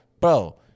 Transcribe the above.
bro